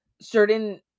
certain